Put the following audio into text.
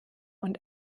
und